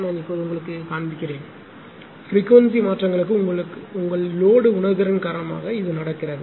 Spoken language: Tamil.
நான் இப்போது உங்களுக்குக் காண்பிப்பேன் பிரிக்வன்சி மாற்றங்களுக்கு உங்கள் லோடு உணர்திறன் காரணமாக இது நடக்கிறது